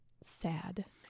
sad